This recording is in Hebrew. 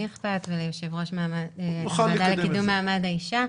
אכפת וליושב-ראש הוועדה לקידום מעמד האישה.